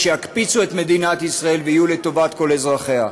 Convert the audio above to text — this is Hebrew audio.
שיקפיצו את מדינת ישראל ויהיו לטובת כל אזרחיה.